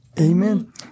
Amen